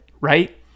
right